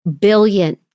billion